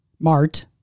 Mart